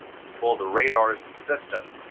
it's called the radars system.